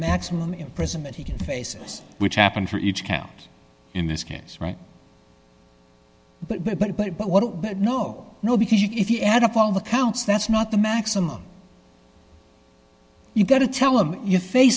maximum imprisonment he can faces which happened for each count in this case right but but but but but but no no because you can if you add up all the counts that's not the maximum you got to tell him you